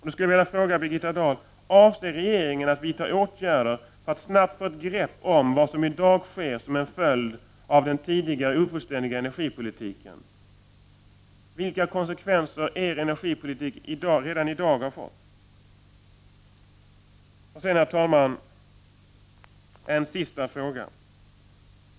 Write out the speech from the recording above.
Jag skulle vilja fråga Birgitta Dahl: Avser regeringen att vidta åtgärder för att snabbt få ett grepp om vad som i dag sker som en följd av den tidigare ofullständiga energipolitiken? Vilka konsekvenser har energipolitiken redan fått? Herr talman! Jag vill ställa en sista fråga.